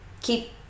keep